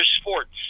sports